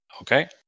Okay